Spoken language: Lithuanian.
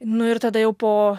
nu ir tada jau po